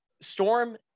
storm